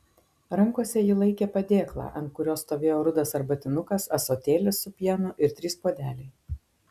rankose ji laikė padėklą ant kurio stovėjo rudas arbatinukas ąsotėlis su pienu ir trys puodeliai